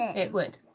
it would.